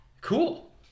cool